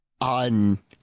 on